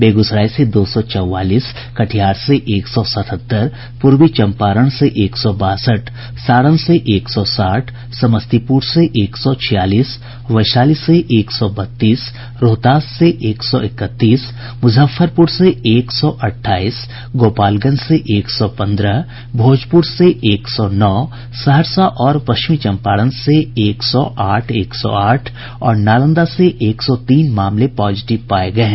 बेगूसराय से दो सौ चौवालीस कटिहार से एक सौ सतहत्तर पूर्वी चंपारण से एक सौ बासठ सारण से एक सौ साठ समस्तीपुर से एक सौ छियालीस वैशाली से एक सौ बत्तीस रोहतास से एक सौ इकतीस मुजफ्फरपुर से एक सौ अठाईस गोपालगंज से एक सौ पंद्रह भोजपुर से एक सौ नौ सहरसा और पश्चिमी चंपारण से एक सौ आठ एक सौ आठ और नालंदा से एक सौ तीन मामले पॉजिटिव पाये गये हैं